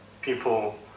people